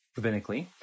rabbinically